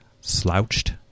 slouched